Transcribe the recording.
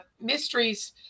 mysteries